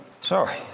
Sorry